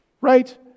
right